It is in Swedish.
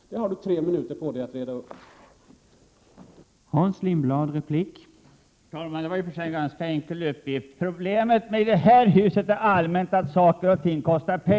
Detta har du tre minuter på dig att reda upp, Hans Lindblad!